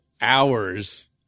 hours